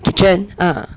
kitchen uh